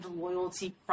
loyalty